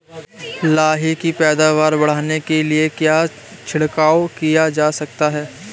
लाही की पैदावार बढ़ाने के लिए क्या छिड़काव किया जा सकता है?